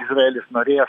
izraelis norės